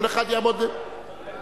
כל אחד יעמוד --------- שמעתי,